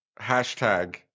Hashtag